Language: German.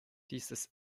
dieses